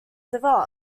developed